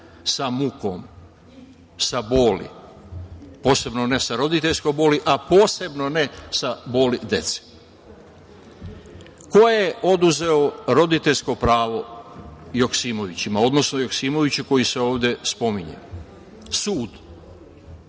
sa mukom, sa boli, posebno ne sa roditeljskom boli, a posebno ne sa boli dece. Ko je oduzeo roditeljsko pravo Joksimovićima, odnosno Joksimovuću koji se ovde spominje? Sud.